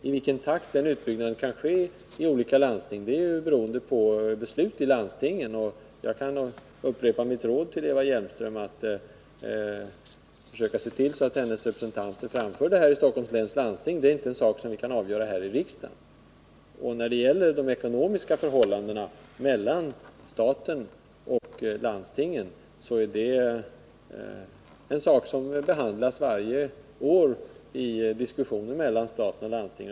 I vilken takt den utbyggnaden kan ske i olika landsting är beroende av beslut i dessa landsting, och jag kan upprepa mitt råd till Eva Hjelmström att försöka se till att hennes representanter tar upp detta i Stockholms läns landsting. Det är inte något som kan avgöras här i riksdagen. När det gäller de ekonomiska förhållandena mellan staten och landstingen vill jag framhålla att dessa varje år behandlas i diskussioner mellan dessa parter.